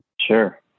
Sure